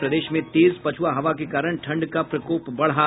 और प्रदेश में तेज पछुआ हवा के कारण ठंड का प्रकोप बढा